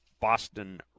Boston